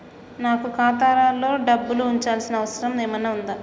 నాకు ఖాతాలో డబ్బులు ఉంచాల్సిన అవసరం ఏమన్నా ఉందా?